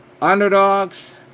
Underdogs